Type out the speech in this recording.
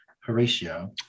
horatio